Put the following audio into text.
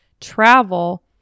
travel